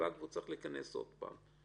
והוא צריך להיכנס עוד פעם.